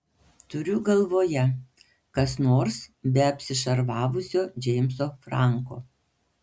turiu galvoje kas nors be apsišarvavusio džeimso franko